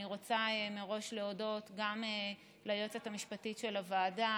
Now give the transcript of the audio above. אני רוצה מראש להודות גם ליועצת המשפטית של הוועדה,